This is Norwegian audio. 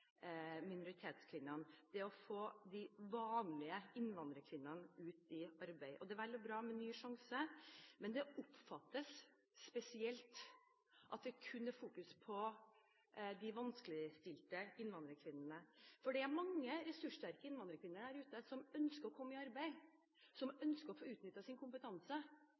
å få de vanlige innvandrerkvinnene ut i arbeid. Det er vel og bra med Ny sjanse, men det oppfattes spesielt at det kun er fokus på de vanskeligstilte innvandrerkvinnene. Det er mange ressurssterke innvandrerkvinner der ute som ønsker å komme i arbeid, som ønsker å få utnyttet sin kompetanse,